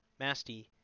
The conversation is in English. masty